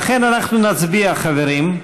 לכן אנחנו נצביע, חברים,